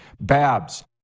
Babs